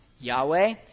Yahweh